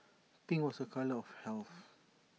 pink was A colour of health